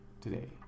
today